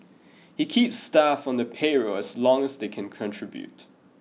he keeps staff on the payroll as long as they can contribute